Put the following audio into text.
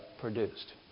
produced